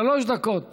שלוש דקות